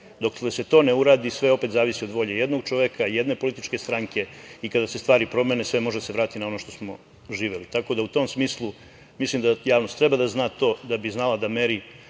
Dokle se to ne uradi, sve opet zavisi od volje jednog čoveka, jedne političke stranke i kada se stvari promene sve može da se vrati na ono što smo proživeli. Tako da, u tom smislu, mislim da javnost treba da zna to, da bi znala da meri